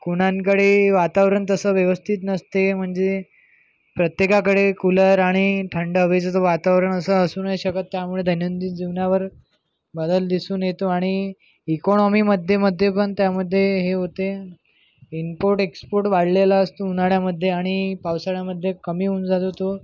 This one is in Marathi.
कुणांकडेही वातावरण तसं व्यवस्थित नसते म्हणजे प्रत्येकाकडे कूलर आणि थंड हवेचं ज वातावरण असं असू नाही शकत त्यामुळे दैनंदिन जीवनावर बदल दिसून येतो आणि इकॉनॉमीमध्ये मध्ये पण त्यामध्ये हे होते इम्पोर्ट एक्स्पोर्ट वाढलेला असतो उन्हाळ्यामध्ये आणि पावसाळ्यामध्ये कमी होऊन जातो तो